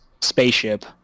spaceship